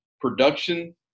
production